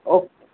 okay